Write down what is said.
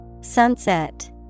Sunset